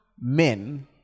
men